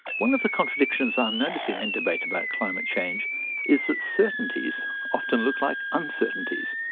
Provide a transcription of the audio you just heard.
one of the contradictions i'm noticing in debate about climate change is that certainties often look like uncertainties.